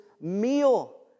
meal